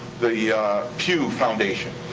the pew foundation,